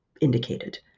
indicated